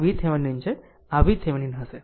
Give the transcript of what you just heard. આમ આ VThevenin હશે